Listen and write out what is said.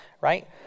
right